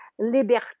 liberté